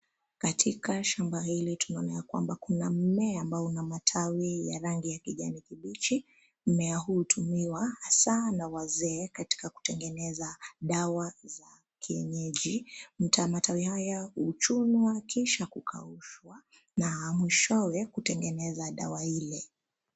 Katika shamba hili tunaona ya kwamba kuna mmea ambao una matawi ya rangi ya kijani kibichi. Mmea huu hutumiwa hasaa na wazee katika kutengeneza dawa za kienyeji. Matawi haya huchunwa kisha kukaushwa na mwishowe kutengeneza dawa ile.